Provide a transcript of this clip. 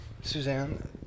Suzanne